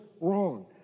wrong